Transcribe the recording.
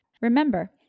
Remember